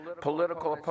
Political